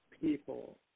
people